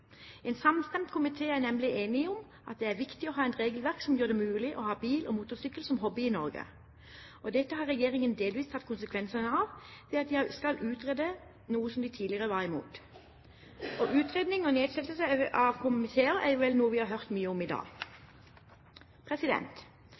en slik sak. En samstemt komité er nemlig enig om at det er viktig å ha et regelverk som gjør det mulig å ha bil og motorsykkel som hobby i Norge. Dette har regjeringen delvis tatt konsekvensene av ved at den nå skal utrede noe som man tidligere var imot. Utredning og nedsettelse av komiteer er noe vi har hørt mye om i dag.